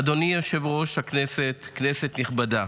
אדוני היושב-ראש, כנסת נכבדה,